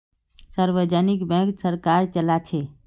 सार्वजनिक बैंक सरकार चलाछे